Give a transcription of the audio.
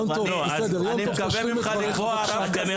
אני מקווה ממך לקבוע רף כזה.